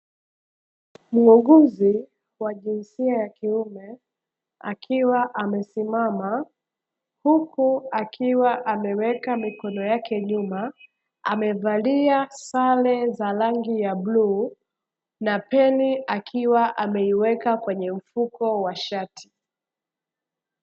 Muuguzi wa jinsia ya kiume akiwa amesimama, huku akiwa ameweka mikono yake nyuma amevalia sare za rangi ya bluu na peni akiwa ameiweka kwenye mfuko wa shati.